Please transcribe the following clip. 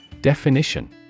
Definition